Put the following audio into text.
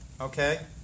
okay